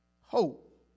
hope